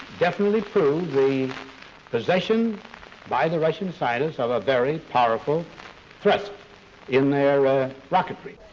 definitely prove the possession by the russian scientists, of a very powerful thrust in their ah rocketry.